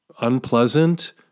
unpleasant